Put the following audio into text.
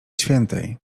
świętej